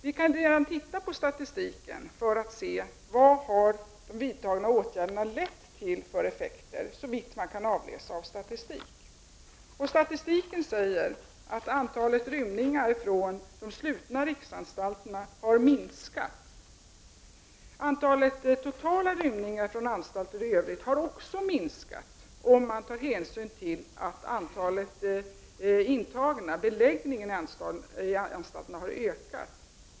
Vi kan granska statistiken för att se vilka effekter de vidtagna åtgärderna har lett till. Den säger att antalet rymningar från de slutna riksanstalterna har minskat. Det totala antalet rymningar från anstalter i övrigt har också minskat, om man tar hänsyn till att antalet intagna, beläggningen på anstalterna, har ökat.